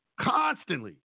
constantly